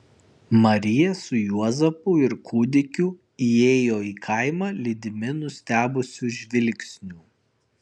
marija su juozapu ir kūdikiu įėjo į kaimą lydimi nustebusių žvilgsnių